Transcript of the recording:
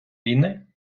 війни